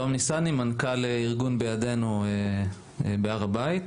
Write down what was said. תום ניסני, מנכ"ל ארגון בידינו בהר הבית.